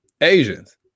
Asians